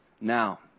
Now